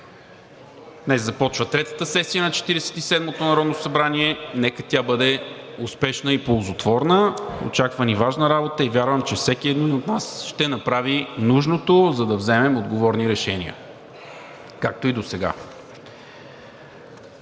Днес започва Третата сесия на Четиридесет и седмото народно събрание – нека тя бъде успешна и ползотворна! Очаква ни важна работа и вярвам, че всеки един от нас ще направи нужното, за да вземем отговорни решения, както досега.